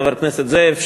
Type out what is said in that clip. חבר הכנסת זאב,